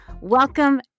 Welcome